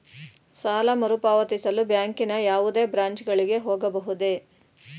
ಸಾಲ ಮರುಪಾವತಿಸಲು ಬ್ಯಾಂಕಿನ ಯಾವುದೇ ಬ್ರಾಂಚ್ ಗಳಿಗೆ ಹೋಗಬಹುದೇ?